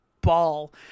ball